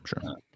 sure